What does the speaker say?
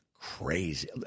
crazy –